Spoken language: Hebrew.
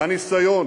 והניסיון